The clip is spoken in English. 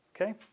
Okay